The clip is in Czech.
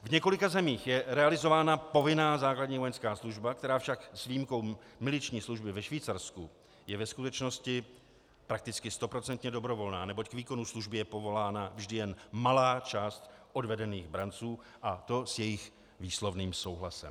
V několika zemích je realizována povinná základní vojenská služba, která však s výjimkou miliční služby ve Švýcarsku je ve skutečnosti prakticky stoprocentně dobrovolná, neboť k výkonu služby je povolána vždy jen malá část odvedených branců, a to s jejich výslovným souhlasem.